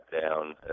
down